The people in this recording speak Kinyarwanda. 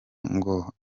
ngo